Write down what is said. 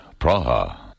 Praha